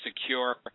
secure